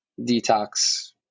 detox